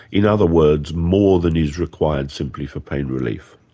in other words, more than is required simply for pain relief.